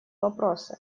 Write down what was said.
вопросы